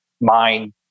mind